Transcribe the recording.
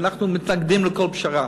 ואנחנו מתנגדים לכל פשרה.